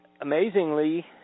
amazingly